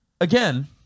again